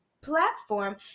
platform